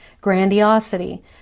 grandiosity